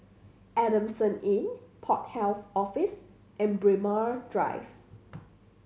Adamson Inn Port Health Office and Braemar Drive